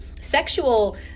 sexual